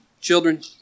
Children